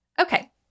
Okay